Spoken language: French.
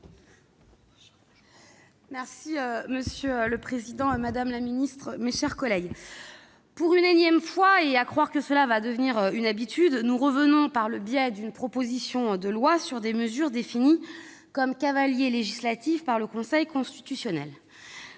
vote. Monsieur le président, madame la secrétaire d'État, mes chers collègues, pour la énième fois- il faut croire que cela va devenir une habitude -, nous revenons, par le biais d'une proposition de loi, sur des mesures définies comme cavaliers législatifs par le Conseil constitutionnel.